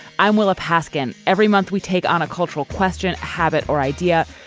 i'm willa paskin. every month we take on a cultural question habit or idea.